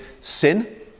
sin